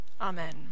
Amen